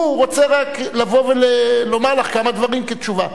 הוא רוצה רק לבוא ולומר לך כמה דברים כתשובה.